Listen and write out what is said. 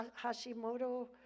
Hashimoto